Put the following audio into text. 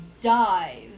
dive